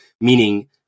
meaning